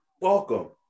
Welcome